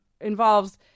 involves